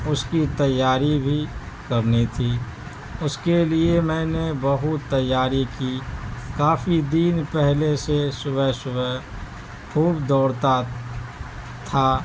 اس کی تیاری بھی کرنی تھی اس کے لیے میں نے بہت تیاری کی کافی دن پہلے سے صبح صبح خوب دوڑتا تھا